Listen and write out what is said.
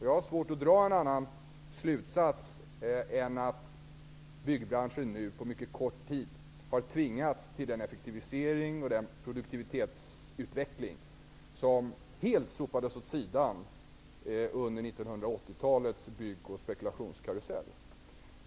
Jag har svårt att dra någon annan slutsats än den att byggbranschen nu på mycket kort tid har tvingats till den effektivisering och den produktivitetsutveckling som helt sopades åt sidan under 1980-talets bygg och spekulationskarusell.